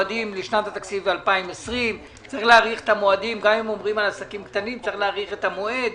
לשנת התקציב 2020. גם אם מדברים על עסקים קטנים צריך להאריך את המועד.